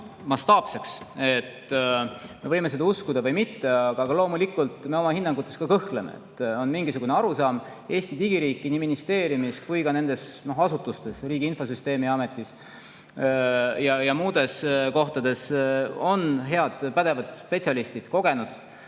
Me võime seda uskuda või mitte – loomulikult me oma hinnangutes kõhkleme –, aga mingisugune [usk] Eesti digiriiki on nii ministeeriumis kui ka nendes asutustes. Riigi Infosüsteemi Ametis ja muudes kohtades on väga pädevad ja kogenud